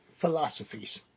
philosophies